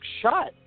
shot